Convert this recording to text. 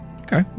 Okay